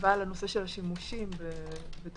ישיבה בנושא של אי-השימושים בתעודות